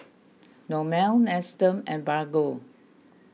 Hormel Nestum and Bargo